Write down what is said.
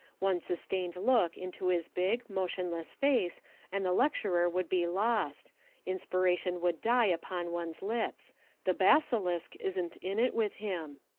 one sustained look into his big, motionless face and the lecturer would be lost inspiration would die upon one's lips the basilisk isn't in it with him.